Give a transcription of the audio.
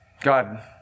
God